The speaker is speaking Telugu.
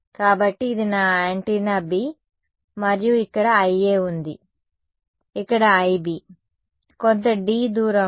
కాబట్టి ఇది నా యాంటెన్నా B మరియు ఇక్కడ IA ఉంది ఇక్కడ IB సరే కొంత d దూరంలో